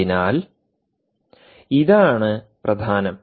അതിനാൽ ഇതാണ് പ്രധാനം